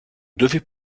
devez